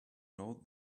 know